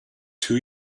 two